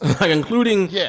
including